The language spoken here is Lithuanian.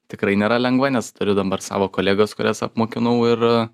tikrai nėra lengva nes turiu dabar savo kolegas kurias apmokinau ir